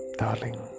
darling